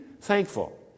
thankful